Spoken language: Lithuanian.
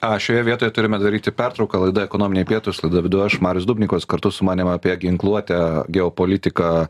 a šioje vietoje turime daryti pertrauką laida ekonominiai pietūs laidą vedu aš marius dubnikovas kartu su manim apie ginkluotę geopolitiką